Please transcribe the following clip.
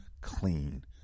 clean